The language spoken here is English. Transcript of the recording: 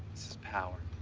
power.